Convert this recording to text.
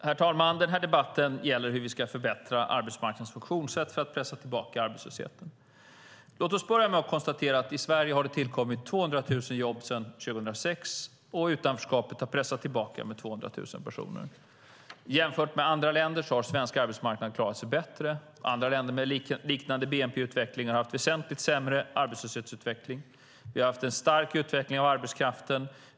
Herr talman! Den här debatten gäller hur vi ska förbättra arbetsmarknadens funktionssätt för att pressa tillbaka arbetslösheten. Låt oss börja med att konstatera att i Sverige har det tillkommit 200 000 jobb sedan 2006, och utanförskapet har pressats tillbaka med 200 000 personer. Jämfört med andra länder har svensk arbetsmarknad klarat sig bra. Andra länder med liknande bnp-utveckling har haft väsentligt sämre arbetslöshetsutveckling. Vi har haft en stark utveckling av arbetskraften.